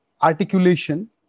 articulation